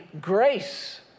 grace